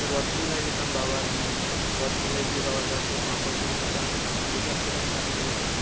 রথ মেলায় যেতাম বাবা আর আমি রথ মেলায় গিয়ে বাবার কাছকে পাঁপড় কিনে নিতাম প্রসাদ খেতাম ঠাকুরের